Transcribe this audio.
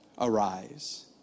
Arise